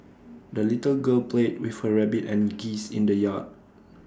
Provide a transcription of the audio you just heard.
the little girl played with her rabbit and geese in the yard